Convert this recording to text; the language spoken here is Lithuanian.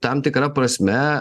tam tikra prasme